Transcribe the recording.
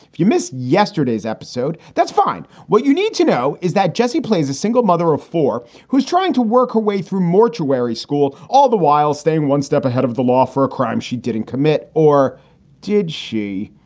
if you missed yesterday's episode, that's fine. what you need to know is that jesse plays a single mother of four who's trying to work her way through mortuary school, all the while staying one step ahead of the law for a crime she didn't commit. or did she?